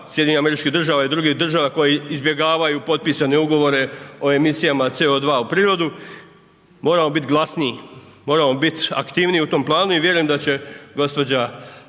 kapitalizmu Trumpa, SAD-a i drugih država koje izbjegavaju potpisane ugovore o emisijama CO2 u prirodu, moramo biti glasniji. Moramo biti aktivniji u tom planu i vjerujem da će gđa.